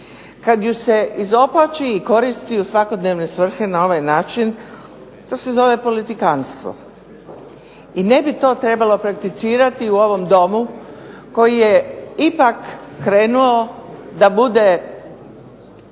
Kad ju se izopači i koristi u svakodnevne svrhe na ovaj način to se zove politikantstvo i ne bi to trebalo prakticirati u ovom Domu koji je ipak krenuo da bude